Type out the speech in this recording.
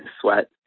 sweat